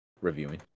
reviewing